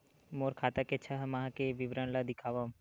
मोर खाता के छः माह के विवरण ल दिखाव?